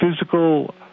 physical